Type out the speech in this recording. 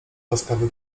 łaskawy